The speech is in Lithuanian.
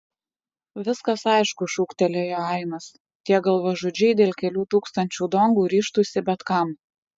viskas aišku šūktelėjo ainas tie galvažudžiai dėl kelių tūkstančių dongų ryžtųsi bet kam